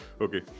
Okay